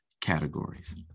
categories